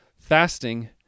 fasting